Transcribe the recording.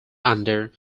under